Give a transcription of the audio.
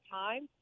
time